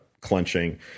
clenching